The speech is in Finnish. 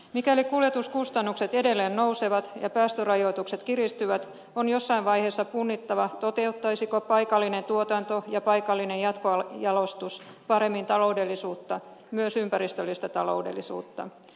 mikäli kuljetuskustannukset edelleen nousevat ja päästörajoitukset kiristyvät on jossain vaiheessa punnittava toteuttaisiko paikallinen tuotanto ja paikallinen jatkojalostus paremmin taloudellisuutta myös ympäristöllistä taloudellisuutta